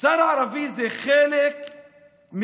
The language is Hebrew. שר ערבי זה חלק מתפיסה